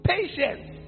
Patience